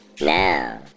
Now